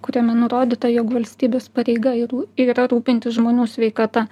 kuriame nurodyta jog valstybės pareiga ir ir yra rūpintis žmonių sveikata